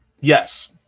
yes